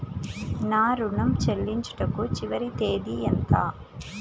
నా ఋణం ను చెల్లించుటకు చివరి తేదీ ఎంత?